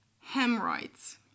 hemorrhoids